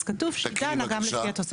אז כתוב שהיא דנה גם לפי התוספת הראשונה.